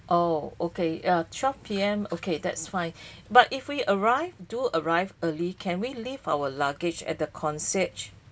oh okay err twelve P_M okay that's fine but if we arrive do arrive early can we leave our luggage at the concierge